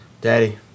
Daddy